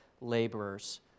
laborers